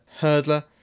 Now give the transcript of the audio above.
hurdler